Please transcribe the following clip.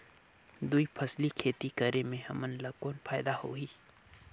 दुई फसली खेती करे से हमन ला कौन फायदा होही?